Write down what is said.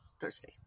Thursday